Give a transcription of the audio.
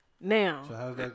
now